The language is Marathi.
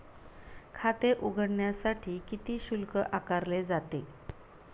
खाते उघडण्यासाठी किती शुल्क आकारले जाते?